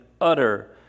utter